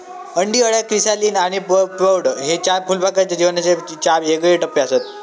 अंडी, अळ्या, क्रिसालिस आणि प्रौढ हे चार फुलपाखराच्या जीवनाचे चार येगळे टप्पेआसत